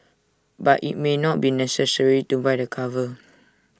but IT may not be necessary to buy the cover